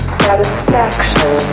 satisfaction